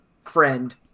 friend